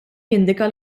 jindika